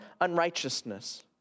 unrighteousness